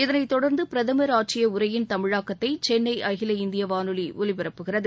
இதனைத் தொடர்ந்து பிரதமர் ஆற்றிய உரையின் தமிழாக்கத்தை சென்னை அகில இந்திய வானொலி ஒலிபரப்புகிறது